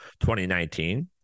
2019